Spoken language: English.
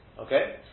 Okay